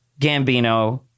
Gambino